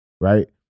right